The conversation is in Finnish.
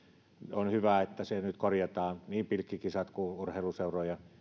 on hyvä että se nyt korjataan niin pilkkikisat kuin urheiluseurojen